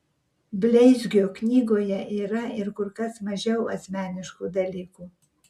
bleizgio knygoje yra ir kur kas mažiau asmeniškų dalykų